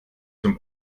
zum